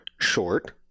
short